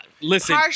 Listen